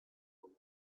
only